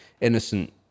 innocent